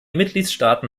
mitgliedstaaten